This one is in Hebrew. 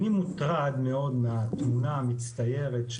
אני מוטרד מאוד מהתמונה המצטיירת,